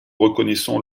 reconnaissons